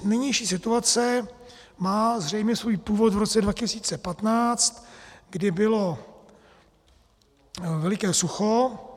Nynější situace má zřejmě svůj původ v roce 2015, kdy bylo veliké sucho.